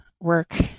work